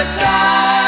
time